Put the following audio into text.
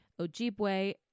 Ojibwe